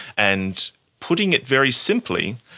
and putting it very simply,